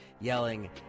yelling